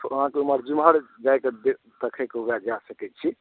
तऽ अहाँक ओहिमे जिमहर जाइ कऽ दे देखै कऽ हुए जाय सकैत छी